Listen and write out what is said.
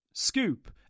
Scoop